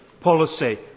policy